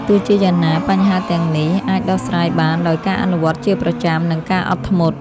ទោះជាយ៉ាងណា បញ្ហាទាំងនេះអាចដោះស្រាយបានដោយការអនុវត្តជាប្រចាំ និងការអត់ធ្មត់។